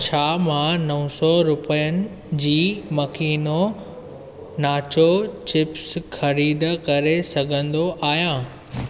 छा मां नौ सौ रुपियनि जी मकीनो नाचो चिप्स ख़रीद करे सघंदो आहियां